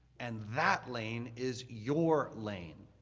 and that lane is your lane.